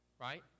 Right